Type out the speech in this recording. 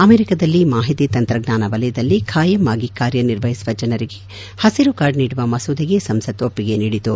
ಅಮೆರಿಕದಲ್ಲಿ ಮಾಹಿತಿ ತಂತ್ರಜ್ಞಾನ ವಲಯದಲ್ಲಿ ಖಾಯಂ ಆಗಿ ಕಾರ್ಯ ನಿರ್ವಹಿಸುವ ಜನರಿಗೆ ಪಸಿರು ಕಾರ್ಡ್ ನೀಡುವ ಮಸೂದೆಗೆ ಸಂಸತ್ ಒಪ್ಪಿಗೆ ನೀಡಿತು